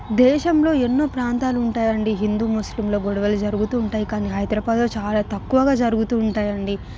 దేశంలో ఎన్నో ప్రాంతాలు ఉంటాయండి హిందూ ముస్లింల గొడవ లు జరుగుతూ ఉంటాయి కానీ హైదరాబాద్లో చాలా తక్కువ గా జరుగుతూ ఉంటాయండి